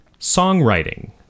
songwriting